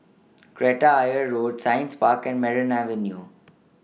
Kreta Ayer Road Science Park and Merryn Avenue